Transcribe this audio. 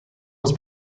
was